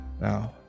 Now